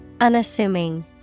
Unassuming